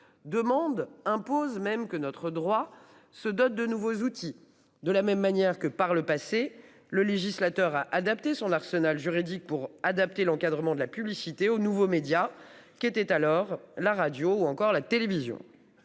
demande impose même que notre droit se dote de nouveaux outils de la même manière que par le passé, le législateur à adapter son arsenal juridique pour adapter l'encadrement de la publicité aux nouveaux médias qui était alors la radio ou encore la télévision.